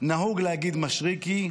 נהוג להגיד משריקי,